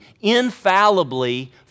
infallibly